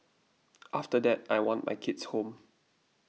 after that I want my kids home